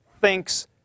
thinks